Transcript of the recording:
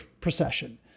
procession